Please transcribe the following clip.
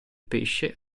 pesce